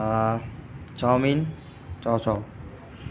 chowmein chow chow